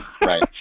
Right